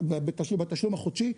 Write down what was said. בתשלום החודשי.